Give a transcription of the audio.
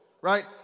right